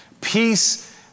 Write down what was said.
peace